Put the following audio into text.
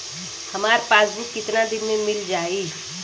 हमार पासबुक कितना दिन में मील जाई?